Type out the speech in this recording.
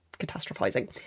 catastrophizing